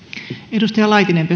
arvoisa